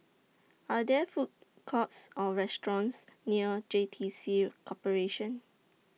Are There Food Courts Or restaurants near J T C Corporation